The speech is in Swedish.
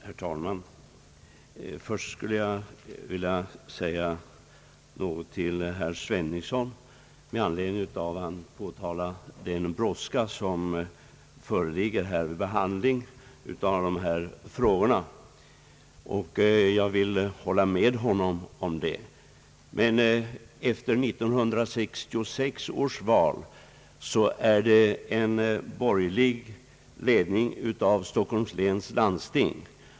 Herr talman! Först skulle jag vilja vända mig till herr Sveningsson med anledning av att han påtalat den brådska som föreligger beträffande behandlingen av dessa frågor. Jag håller med honom i det avseendet. Men efter 1966 års val är det borgerlig ledning i Stockholms läns landsting.